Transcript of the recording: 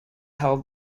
held